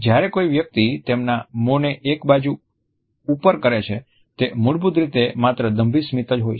જ્યારે કોઈ વ્યક્તિ તેમના મોંને એક બાજુ ઉપર કરે છે તે મૂળભૂત રીતે માત્ર દંભી સ્મિત જ હોય છે